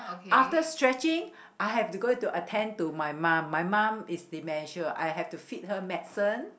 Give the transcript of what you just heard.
after stretching I have to go to attend to my mum my mum is dementia I have to feed her medicine